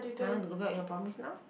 now you want to got back your promise now